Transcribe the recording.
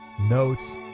notes